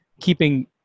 keeping